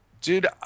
Dude